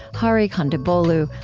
hari kondabolu,